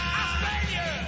Australia